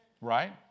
right